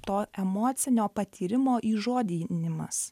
to emocinio patyrimo įžodynimas